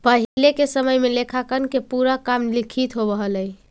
पहिले के समय में लेखांकन के पूरा काम लिखित होवऽ हलइ